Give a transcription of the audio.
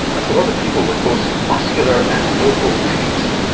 that's a lot of people with both muscular and vocal tics.